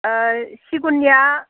सिगुननिया